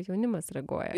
jaunimas reaguoja